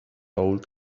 old